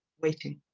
waiting.